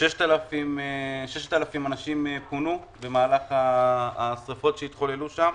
6,000 אנשים פונו במהלך השריפות שהתחוללו שם.